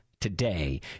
today